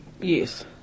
Yes